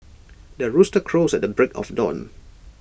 the rooster crows at the break of dawn